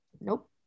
Nope